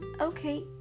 Okay